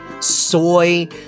soy